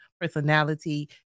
personality